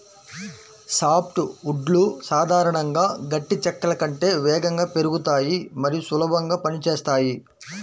soft వుడ్లు సాధారణంగా గట్టి చెక్కల కంటే వేగంగా పెరుగుతాయి మరియు సులభంగా పని చేస్తాయి